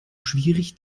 schwierig